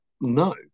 no